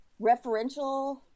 referential